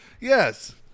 Yes